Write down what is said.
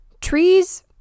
trees